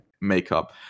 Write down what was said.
makeup